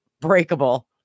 breakable